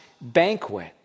banquet